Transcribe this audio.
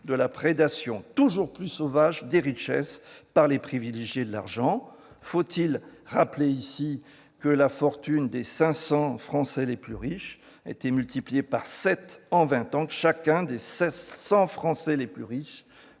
de la prédation toujours plus sauvage des richesses par les privilégiés de l'argent. Faut-il rappeler ici que la fortune des 500 Français les plus riches a été multipliée par sept en vingt ans et que chacun des 100 Français les plus riches